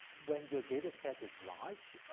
when your dataset is large,